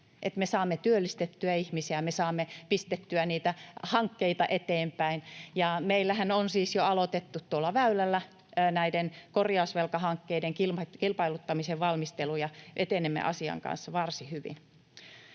me saamme työllistettyä ihmisiä, me saamme pistettyä niitä hankkeita eteenpäin. Meillähän on siis jo aloitettu tuolla Väylällä näiden korjausvelkahankkeiden kilpailuttamisen valmistelu, ja etenemme asian kanssa varsin hyvin.